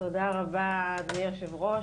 תודה רבה, אדוני היושב-ראש.